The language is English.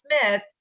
Smith